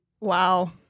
Wow